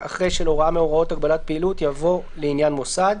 אחרי "של הוראה מהוראות הגבלת פעילות" יבוא "לעניין מוסד"."